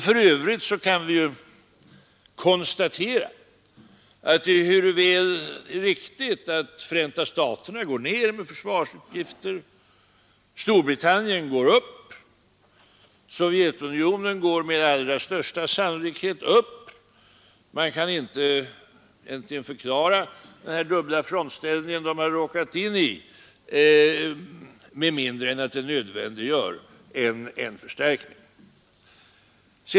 För övrigt kan vi konstatera att Förenta staternas försvarsutgifter går ner, att Storbritanniens går upp och Sovjetunionens med allra största sannolikhet går upp. Man kan egentligen inte dra annan slutsats av denna dubbla frontställning de har råkat in i än att den nödvändiggör en förstärkning.